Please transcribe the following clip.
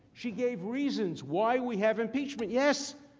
she gave reasons why we have impeachment. yes.